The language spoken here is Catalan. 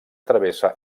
travessa